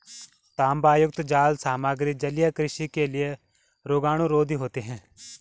तांबायुक्त जाल सामग्री जलीय कृषि के लिए रोगाणुरोधी होते हैं